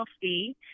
fee